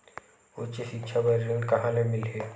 उच्च सिक्छा बर ऋण कहां ले मिलही?